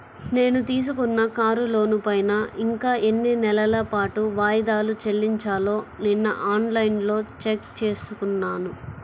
నేను తీసుకున్న కారు లోనుపైన ఇంకా ఎన్ని నెలల పాటు వాయిదాలు చెల్లించాలో నిన్నఆన్ లైన్లో చెక్ చేసుకున్నాను